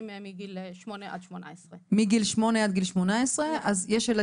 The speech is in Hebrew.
מגיל 8 עד גיל 18. אנחנו פונים